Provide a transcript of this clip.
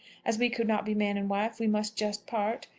as we could not be man and wife, we must just part,